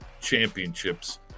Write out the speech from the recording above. championships